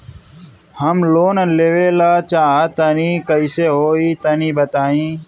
हम लोन लेवल चाह तनि कइसे होई तानि बताईं?